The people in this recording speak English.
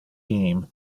game